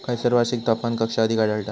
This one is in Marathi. खैयसर वार्षिक तापमान कक्षा अधिक आढळता?